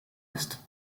est